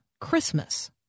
Christmas